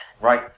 Right